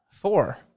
four